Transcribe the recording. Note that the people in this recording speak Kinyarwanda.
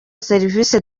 serivisi